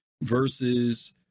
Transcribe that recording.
versus